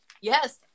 Yes